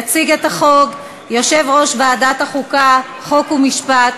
יציג את החוק יושב-ראש ועדת החוקה, חוק ומשפט